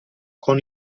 con